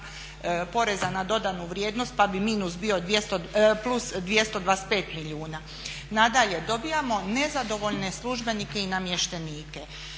poreza na dodanu vrijednost pa bi minus bio, plus 225 milijuna. Nadalje, dobijamo nezadovoljne službenike i namještenike,